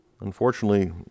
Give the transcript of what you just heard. Unfortunately